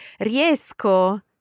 riesco